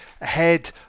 ahead